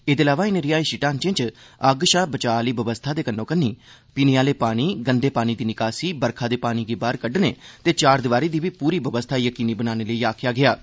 एह्दे अलावा इनें रिहायशी ढांचें च अग्गी शा बचाऽ आह्ली बवस्था दे कन्नै पीने आह्ले पानी गंदे पानी दी निकासी बरखा दे पानी गी बाह्र कड्डने ते चार दीवारी दी बी पूरी बवस्था यकीनी बनाने लेई आखेआ गेआ ऐ